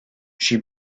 she